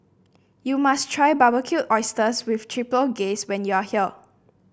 you must try Barbecued Oysters with Chipotle Glaze when you are here